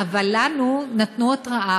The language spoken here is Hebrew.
אבל לנו נתנו התראה,